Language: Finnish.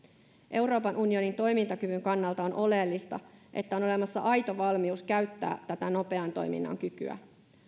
euroopan unionin toimintakyvyn kannalta on oleellista että on olemassa aito valmius käyttää tätä nopean toiminnan kykyä